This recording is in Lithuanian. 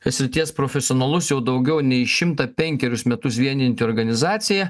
srities profesionalus jau daugiau nei šimtą penkerius metus vienijanti organizacija